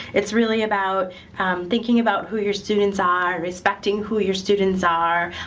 it's really about thinking about who your students are, respecting who your students are,